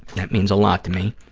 that means a lot to me,